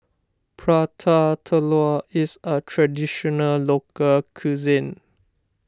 Prata Telur is a Traditional Local Cuisine